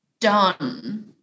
done